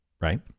right